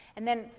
and then,